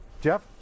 Jeff